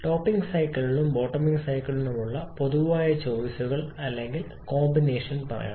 topping സൈക്കിളിനും bottoming സൈക്കിളിനുമുള്ള പൊതുവായ ചോയിസുകൾ അല്ലെങ്കിൽ കോമ്പിനേഷൻ പറയണം